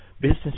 business